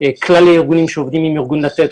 כלל הארגונים שעובדים עם ארגון לתת,